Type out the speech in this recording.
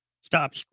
stop